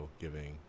giving